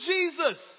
Jesus